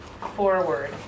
forward